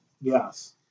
Yes